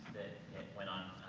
that went on,